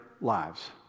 lives